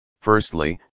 firstly